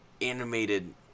animated